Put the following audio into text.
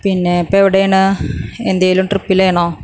പിന്നെ ഇപ്പം എവിടെയാണ് എന്തേലും ട്രിപ്പിലാണോ